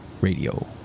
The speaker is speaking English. radio